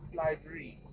library